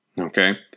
okay